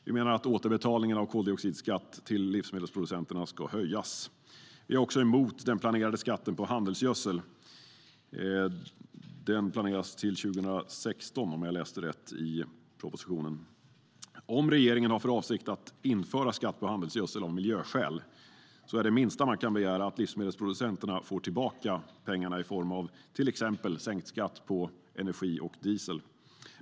Vi menar att återbetalningen av koldioxidskatt till livsmedelsproducenterna ska höjas. Vi är också emot skatten på handelsgödsel, som är planerad till 2016, om jag läste rätt i propositionen. Om regeringen har för avsikt att införa skatt på handelsgödsel av miljöskäl är det minsta man kan begära att livsmedelsproducenterna får tillbaka pengarna i form av till exempel sänkt skatt på energi och diesel.